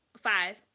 Five